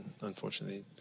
unfortunately